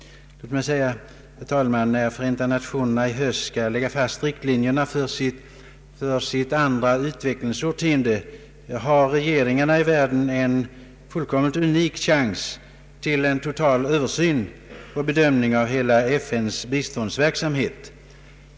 Herr talman! När Förenta nationerna i höst skall lägga fast riktlinjerna för sitt andra utvecklingsårtionde har regeringarna i världen en fullkomligt unik chans till en total översyn och bedömning av hela FN:s biståndsverksamhet.